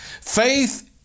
faith